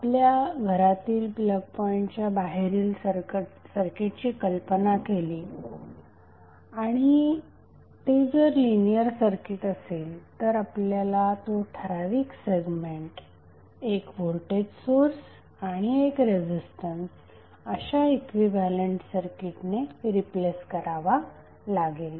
आपल्या घरातील प्लगपॉइंटच्या बाहेरील सर्किटची कल्पना केली आणि ते जर लिनियर सर्किट असेल तर आपल्याला तो ठराविक सेगमेंट एक व्होल्टेज सोर्स आणि एक रेझिस्टन्स अशा इक्विव्हॅलेंट सर्किटने रिप्लेस करावा लागेल